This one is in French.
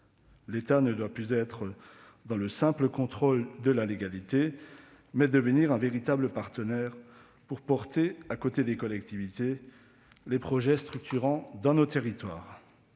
L'État ne doit plus se contenter du contrôle de légalité ; il doit devenir un véritable partenaire pour porter, au côté des collectivités, les projets structurants dans nos territoires.